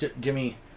Jimmy